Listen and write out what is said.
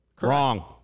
Wrong